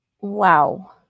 Wow